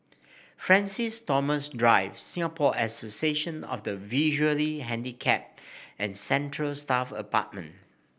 Francis Thomas Drive Singapore Association of the Visually Handicapped and Central Staff Apartment